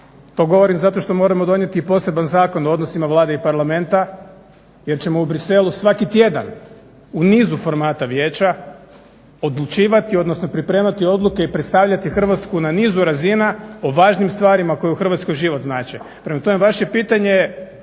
To govorim zato što moramo donijeti i poseban Zakon o odnosima Vlade i Parlamenta jer ćemo u Bruxellesu svaki tjedan u nizu formata vijeća odlučivati, odnosno pripremati odluke i predstavljati Hrvatsku na nizu razina o važnim stvarima koje u Hrvatskoj život znače. Prema tome vaše pitanje